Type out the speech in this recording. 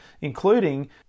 including